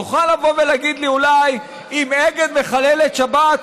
תוכל לבוא ולהגיד לי, אולי: אם אגד מחללת שבת,